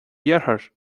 dheartháir